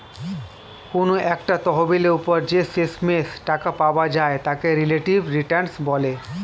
কোনো একটা তহবিলের উপর যে শেষমেষ টাকা পাওয়া যায় তাকে রিলেটিভ রিটার্ন বলে